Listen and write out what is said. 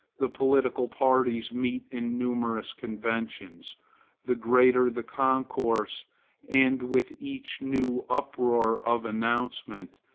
the political parties meet in numerous conventions the greater the concourse and with each new uproar of announcement,